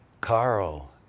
Carl